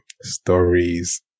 stories